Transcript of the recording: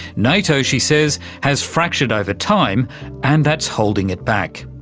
nato, she says, has fractured over time and that's holding it back.